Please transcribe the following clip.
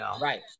Right